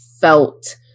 felt